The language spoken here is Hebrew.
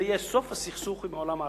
זה יהיה סוף הסכסוך עם העולם הערבי.